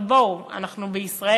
עכשיו, בואו, אנחנו בישראל.